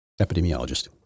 epidemiologist